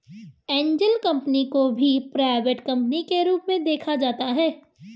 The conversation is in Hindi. एंजल कम्पनी को भी प्राइवेट कम्पनी के रूप में देखा जाता है